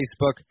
Facebook